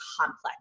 complex